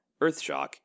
Earthshock